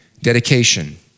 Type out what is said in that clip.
dedication